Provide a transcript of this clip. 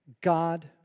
God